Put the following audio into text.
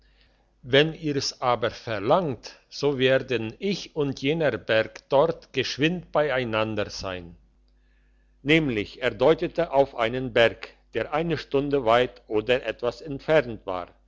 wenn ihr's aber verlangt so werden ich und jener berg dort geschwind beieinander sein nämlich er deutete auf einen berg der eine stunde weit oder etwas entfernt war